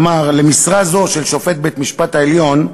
אמר: "למשרה זו", של שופט בית-משפט העליון,